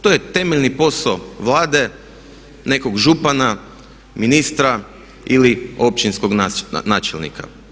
To je temeljni posao Vlade, nekog župana, ministra ili općinskog načelnika.